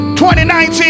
2019